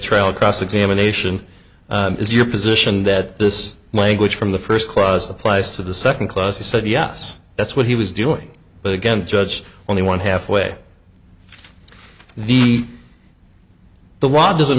trial cross examination is your position that this language from the first clause applies to the second clause he said yes that's what he was doing but again judge only one half way the the wod doesn't